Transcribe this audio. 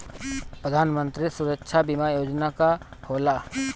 प्रधानमंत्री सुरक्षा बीमा योजना का होला?